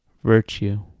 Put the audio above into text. Virtue